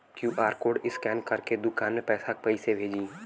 QR code scan करके दुकान में पैसा कइसे भेजी?